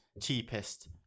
cheapest